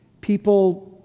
People